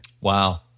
Wow